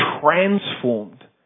transformed